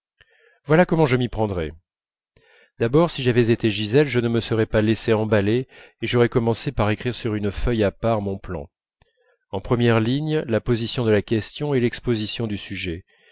voilà comment je m'y prendrais d'abord si j'avais été gisèle je ne me serais pas laissée emballer et j'aurais commencé par écrire sur une feuille à part mon plan en première ligne la position de la question et l'exposition du sujet